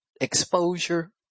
exposure